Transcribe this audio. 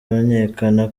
amenyekana